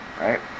right